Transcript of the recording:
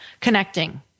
connecting